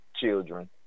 children